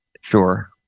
Sure